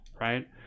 right